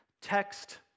text